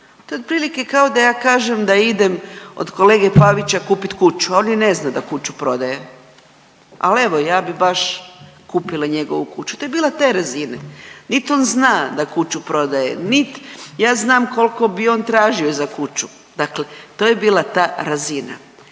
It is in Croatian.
To je otprilike kao da ja kažem da idem od kolege Pavića kupit kuću, a on ni ne zna da kuću prodaje. Ali evo ja bih baš kupila njegovu kuću. To je bilo te razine. Nit on zna da kuću prodaje, nit ja znam koliko bi on tražio za kuću. Dakle, to je bila ta razina.